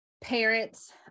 parents